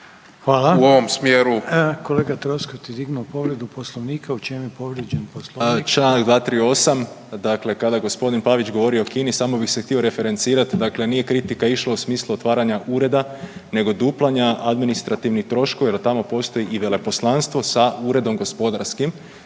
Hvala. Kolega Troskot je digao povredu Poslovnika. U čemu je povrijeđen Poslovnik? **Troskot, Zvonimir (MOST)** Članak 238. Dakle kada je gospodin Pavić govorio o Kini samo bih se htio referencirati, dakle nije kritika išla u smislu otvaranja ureda, nego duplanja administrativnih troškova, jer tamo postoji i veleposlanstvo sa uredom gospodarskim.